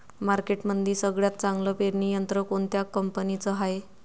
मार्केटमंदी सगळ्यात चांगलं पेरणी यंत्र कोनत्या कंपनीचं हाये?